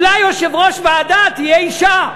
אולי יושב-ראש ועדה תהיה אישה,